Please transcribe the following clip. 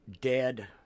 dead